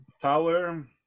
tower